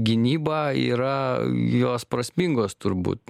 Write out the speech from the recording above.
gynybą yra jos prasmingos turbūt